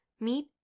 Meet